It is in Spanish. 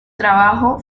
trabajo